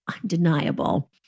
undeniable